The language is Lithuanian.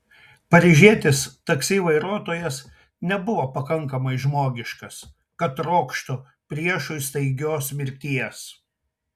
paryžietis taksi vairuotojas nebuvo pakankamai žmogiškas kad trokštų priešui staigios mirties